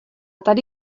tady